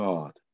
God